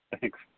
Thanks